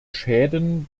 schäden